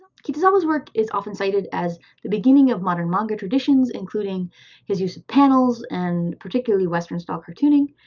kitazawa's work is often cited as the beginning of modern manga traditions, including his use of panels and particularly western style cartooning.